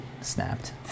snapped